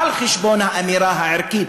על חשבון האמירה הערכית,